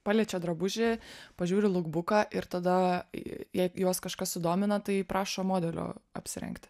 paliečia drabužį pažiūri luk buką ir tada į j juos kažkas sudomina tai prašo modelio apsirengti